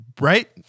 Right